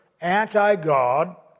anti-God